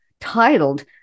titled